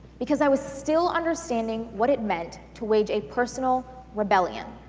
because i was still understanding what it meant to wage a personal rebellion.